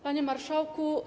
Panie Marszałku!